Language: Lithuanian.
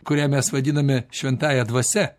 kurią mes vadiname šventąja dvasia